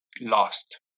lost